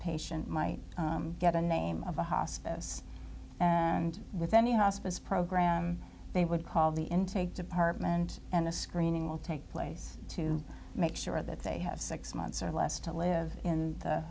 patient might get a name of a hospice and with any hospice program they would call the intake department and the screening will take place to make sure that they have six months or less to live in